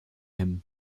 him